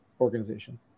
organization